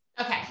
Okay